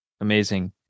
amazing